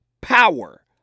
power